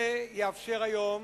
יאפשר היום